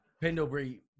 Pendlebury